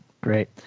great